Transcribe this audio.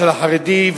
של החרדים,